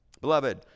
Beloved